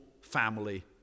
family